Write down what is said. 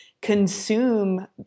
consume